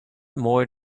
more